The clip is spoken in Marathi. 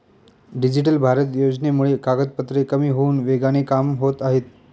डिजिटल भारत योजनेमुळे कागदपत्रे कमी होऊन वेगाने कामे होत आहेत